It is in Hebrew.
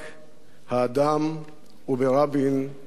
האדם וברבין המנהיג.